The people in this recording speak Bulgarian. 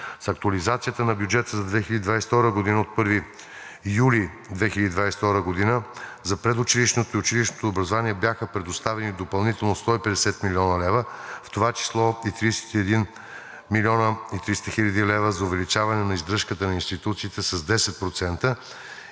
С актуализацията на бюджета за 2022 г. от 1 юли 2022 г. за предучилищното и училищното образование бяха предоставени допълнително 150 млн. лв., в това число и 31 млн. и 300 хил. лв. за увеличаване на издръжката на институциите с 10%